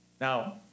Now